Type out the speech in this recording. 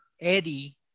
Eddie